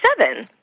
seven